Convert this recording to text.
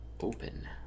open